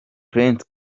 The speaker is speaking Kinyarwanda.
prince